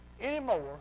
anymore